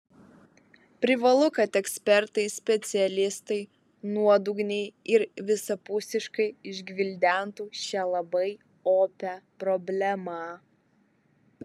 privalu kad ekspertai specialistai nuodugniai ir visapusiškai išgvildentų šią labai opią problemą